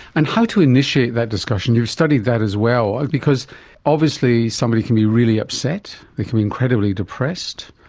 and how to initiate that discussion, you've studied that as well, because obviously somebody can be really upset, they can be incredibly depressed,